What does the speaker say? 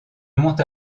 monte